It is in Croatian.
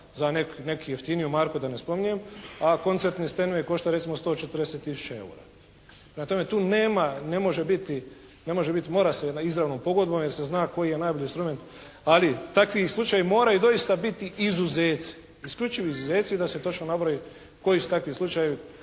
za neku jeftiniju marku da ne spominjem, a koncertni «Steinmei» košta recimo 140 tisuća EUR-a. Prema tome tu nema, ne može biti, ne može biti. Mora se na izravnu pogodbu jer se zna koji je najbolji instrument. Ali takvi slučajevi moraju doista biti izuzeci. Isključivi izuzeci da se točno nabroji koji su takvi slučajevi